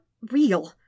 real